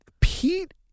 Pete